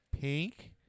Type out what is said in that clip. pink